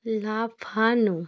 লাফানো